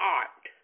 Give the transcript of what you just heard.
art